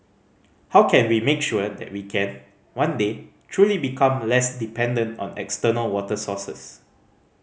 how can we make sure that we can one day truly become less dependent on external water sources